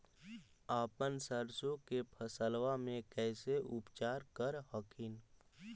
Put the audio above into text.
अपन सरसो के फसल्बा मे कैसे उपचार कर हखिन?